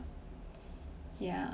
yeah